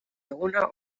eguna